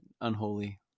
Unholy